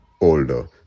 older